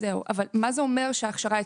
מה זה אומר שההכשרה הצליחה?